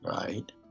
right